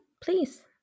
please